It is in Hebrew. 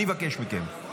אני מבקש מכם.